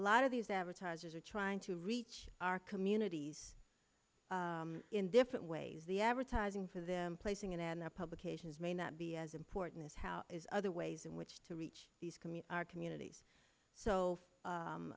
lot of these advertisers are trying to reach our communities in different ways the advertising for them placing it in their publications may not be as important as how is other ways in which to reach these commute our communities so